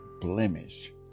blemish